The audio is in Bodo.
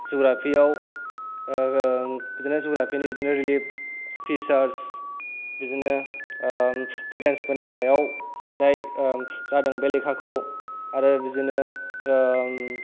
जुग्रापिआव बिदिनो जुग्रापिनि बिदिनो रिलिप पिसार्स बिदिनो थेरेनस फोरनि सायाव लिरनाय जादों बे लेखाखौ आरो बिदिनो